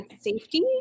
safety